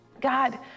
God